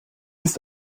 ist